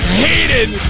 hated